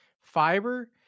Fiber